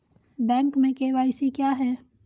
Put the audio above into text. Bank में KYC क्या है?